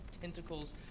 tentacles